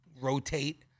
rotate